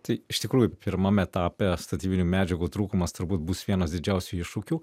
tai iš tikrųjų pirmam etape statybinių medžiagų trūkumas turbūt bus vienas didžiausių iššūkių